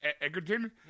Egerton